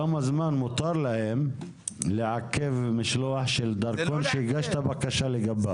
כמה זמן מותר להם לעכב משלוח של דרכון שהגשת בקשה לגביו,